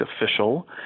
official